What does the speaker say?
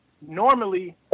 Normally